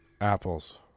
apples